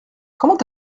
comment